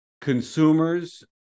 consumers